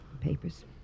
Papers